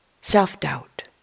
self-doubt